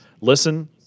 listen